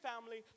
family